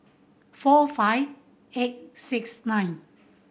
four five eight six nine